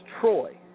Troy